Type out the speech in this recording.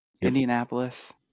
Indianapolis